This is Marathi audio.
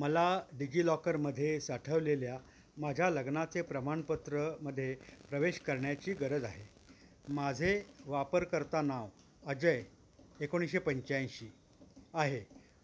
मला डिजिलॉकरमध्ये साठवलेल्या माझ्या लग्नाचे प्रमाणपत्र मध्ये प्रवेश करण्याची गरज आहे माझे वापरकर्ता नाव अजय एकोणीसशे पंच्याऐंशी आहे